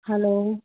hello